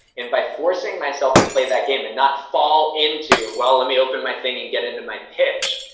and by forcing myself to play that game and not fall into, well, let me open my thing and get into my pitch.